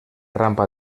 rampa